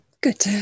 Good